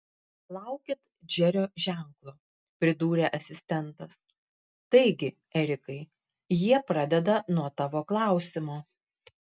laukit džerio ženklo pridūrė asistentas taigi erikai jie pradeda nuo tavo klausimo